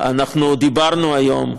דיברנו היום,